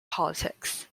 politics